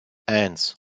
eins